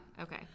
okay